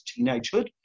teenagehood